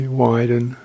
widen